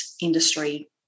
industry